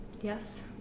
Yes